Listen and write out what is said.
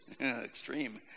Extreme